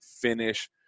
finish